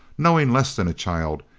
knowing less than a child,